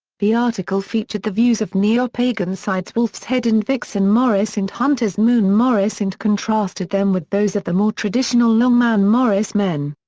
the article featured the views of neopagan sides wolf's head and vixen morris and hunter's moon morris and contrasted them with those of the more traditional long man morris men.